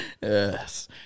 Yes